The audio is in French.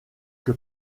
que